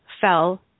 fell